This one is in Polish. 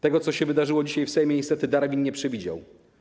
Tego, co się wydarzyło dzisiaj w Sejmie, niestety Darwin nie przewidział.